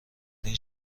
این